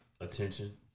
attention –